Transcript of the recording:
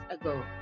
ago